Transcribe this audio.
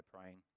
praying